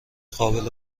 قابل